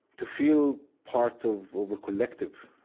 to feel part of of a collective.